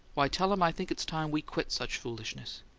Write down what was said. why, tell him i think it's time we quit such foolishness!